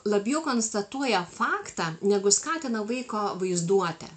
labiau konstatuoja faktą negu skatina vaiko vaizduotę